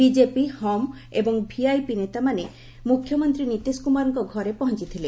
BJP HAM ଏବଂ ଭିଆଇପିର ନେତାମାନେ ମୁଖ୍ୟମନ୍ତ୍ରୀ ନୀତିଶ କ୍ରମାରଙ୍କ ଘରେ ପହଞ୍ଚିଥିଲେ